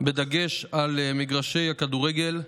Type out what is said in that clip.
בדגש על מגרשי הכדורגל.